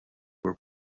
were